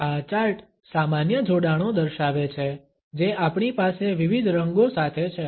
આ ચાર્ટ સામાન્ય જોડાણો દર્શાવે છે જે આપણી પાસે વિવિધ રંગો સાથે છે